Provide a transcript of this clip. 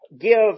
give